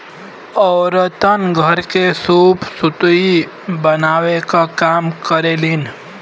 औरतन घर के सूप सुतुई बनावे क काम करेलीन